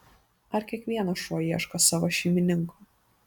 ar kiekvienas šuo ieško savo šeimininko